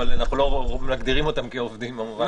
אבל אנחנו לא מגדירים אותם כעובדים במובן הזה.